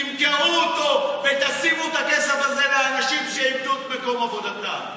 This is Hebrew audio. תמכרו אותו ותשימו את הכסף הזה לאנשים שאיבדו את מקום עבודתם.